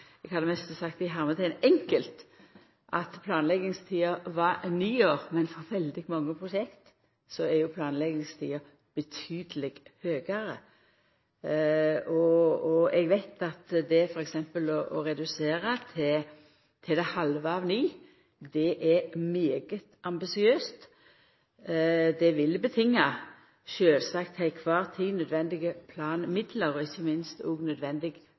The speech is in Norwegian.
eg hadde mest sagt, «enkelt» at planleggingstida var ni år, men for veldig mange prosjekt er planleggingstida betydeleg lenger, og eg veit at f.eks. å redusera til det halve av ni er svært ambisiøst. Det vil heile tida sjølvsagt krevja nødvendige planmidlar og ikkje minst